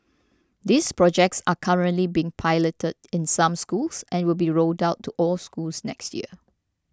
these projects are currently being piloted in some schools and will be rolled out to all schools next year